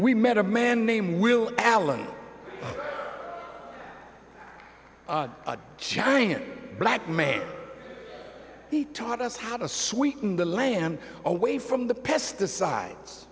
we met a man named will allen chairing a black man he taught us how to sweeten the land away from the pesticides